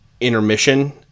intermission